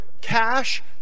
cash